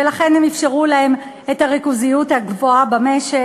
ולכן הם אפשרו להם את הריכוזיות הגבוהה במשק.